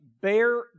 bear